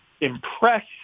impress